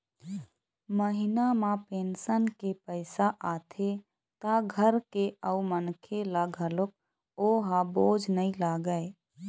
महिना म पेंशन के पइसा आथे त घर के अउ मनखे ल घलोक ओ ह बोझ नइ लागय